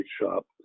shop